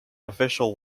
official